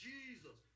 Jesus